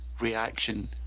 reaction